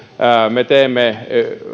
me teemme